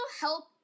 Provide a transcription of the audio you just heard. help